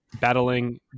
Battling